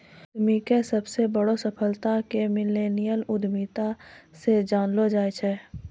उद्यमीके सबसे बड़ो सफलता के मिल्लेनियल उद्यमिता से जानलो जाय छै